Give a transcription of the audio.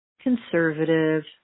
conservative